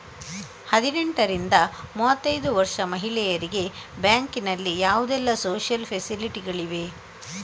ಹದಿನೆಂಟರಿಂದ ಮೂವತ್ತೈದು ವರ್ಷ ಮಹಿಳೆಯರಿಗೆ ಬ್ಯಾಂಕಿನಲ್ಲಿ ಯಾವುದೆಲ್ಲ ಸೋಶಿಯಲ್ ಫೆಸಿಲಿಟಿ ಗಳಿವೆ?